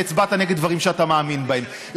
והצבעת נגד דברים שאתה מאמין בהם,